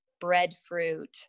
breadfruit